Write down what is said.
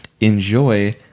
enjoy